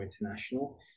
international